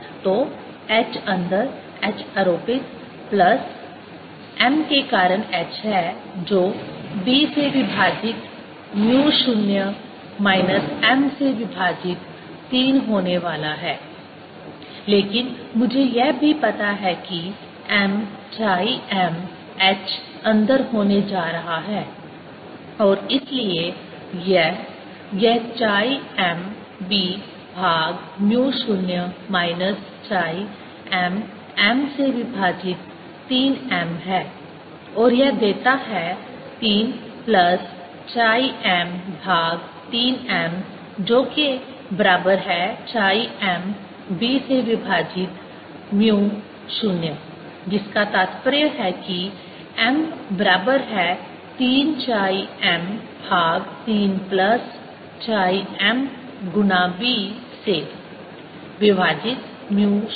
तो h अंदर h आरोपित प्लस m के कारण h है जो b से विभाजित म्यू 0 माइनस m से विभाजित 3 होने वाला है लेकिन मुझे यह भी पता है कि m chi m h अंदर होने जा रहा है और इसलिए यह यह chi m b भाग mu 0 minus chi m m से विभाजित 3 m है और यह देता है 3 प्लस chi m भाग 3 m जो के बराबर है chi m b से विभाजित 0 जिसका तात्पर्य है कि m बराबर है 3 chi m भाग 3 प्लस chi m गुणा b से विभाजित म्यू 0